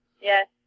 Yes